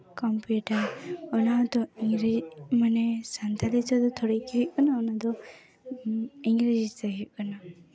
computer ᱚᱱᱟ ᱫᱚ ᱩᱱᱨᱮ ᱢᱟᱱᱮ ᱥᱟᱱᱛᱟᱲᱤ ᱛᱮᱫᱚ ᱛᱷᱚᱲᱮ ᱦᱩᱭᱩᱜ ᱠᱟᱱᱟ ᱚᱱᱟ ᱫᱚ ᱤᱝᱨᱮᱡᱤ ᱛᱮ ᱦᱩᱭᱩᱜ ᱠᱟᱱᱟ